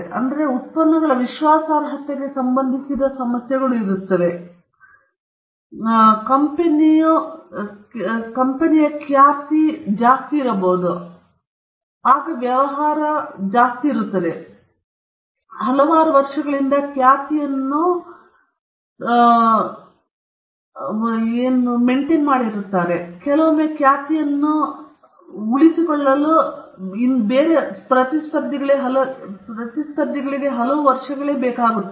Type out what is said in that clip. ಆದ್ದರಿಂದ ಆ ಉತ್ಪನ್ನಗಳ ವಿಶ್ವಾಸಾರ್ಹತೆಗೆ ಸಂಬಂಧಿಸಿದಂತೆ ಸಮಸ್ಯೆಗಳಿವೆ ಮತ್ತು ಕಂಪೆನಿಯ ಖ್ಯಾತಿಯು ಪ್ರಭಾವಕ್ಕೊಳಗಾಗಬಹುದು ಏಕೆಂದರೆ ವ್ಯವಹಾರಗ ಖ್ಯಾತಿಗೆ ಒಳಪಡುತ್ತದೆ ಮತ್ತು ಖ್ಯಾತಿ ವರ್ಷಗಳಿಂದಲೂ ನಿರ್ಮಿಸಲಾಗಿರುತ್ತದೆ ಕೆಲವೊಮ್ಮೆ ಖ್ಯಾತಿಯನ್ನು ಬೆಳೆಸಲು ಯಾರೊಬ್ಬರಿಗೂ ವರ್ಷಗಳೇ ಬೇಕಾಗುತ್ತದೆ